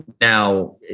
now